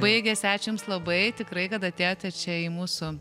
baigėsi ačiū jums labai tikrai kad atėjote čia į mūsų